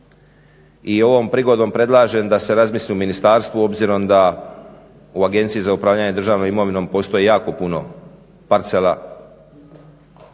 I ovom prigodom predlažem da se razmisli u ministarstvu obzirom da u Agenciji za upravljanje državnom imovinom postoji jako puno parcela